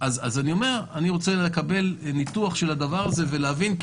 אני רוצה לקבל ניתוח של הדבר הזה ולהבין,